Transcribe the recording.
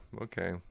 Okay